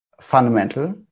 fundamental